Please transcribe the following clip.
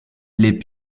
les